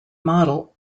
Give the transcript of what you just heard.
model